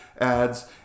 ads